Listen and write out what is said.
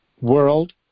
world